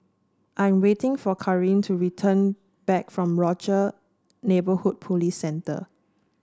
I'm waiting for Karin to return back from Rochor Neighborhood Police Centre